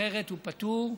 אחרת הוא פטור.